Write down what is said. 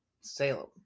Salem